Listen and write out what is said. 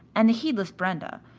and the heedless brenda,